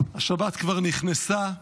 השבת כבר נכנסה,